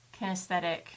kinesthetic